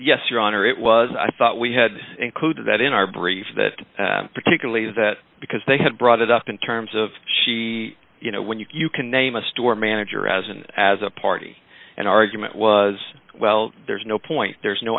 honor it was i thought we had included that in our brief that particularly that because they had brought it up in terms of she you know when you can name a store manager as and as a party an argument was well there's no point there's no